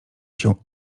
się